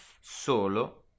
solo